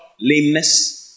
lameness